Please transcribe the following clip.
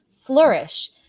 flourish